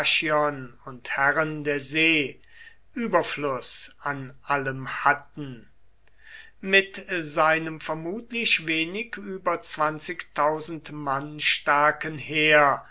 und herren der see überfluß an allem hatten mit seinem vermutlich wenig über mann starken heer